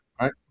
right